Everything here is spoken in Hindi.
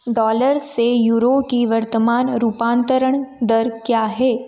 डॉलर से यूरो का वर्तमान रूपांतरण दर क्या है